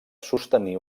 sostenir